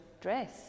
dress